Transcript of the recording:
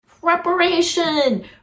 preparation